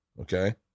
Okay